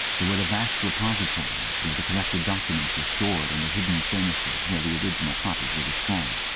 there were the vast repositories where the corrected documents were stored, and the hidden furnaces where the original copies were destroyed.